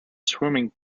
swimming